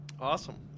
Awesome